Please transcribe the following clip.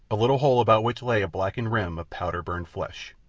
a little hole about which lay a blackened rim of powder-burned flesh.